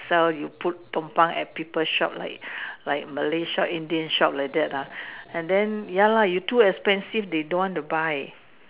sell you put tumpang at people shop like like Malay shop Indian shop like that ah and then ya lah you too expensive they don't want to buy